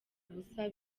ubusa